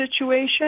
situation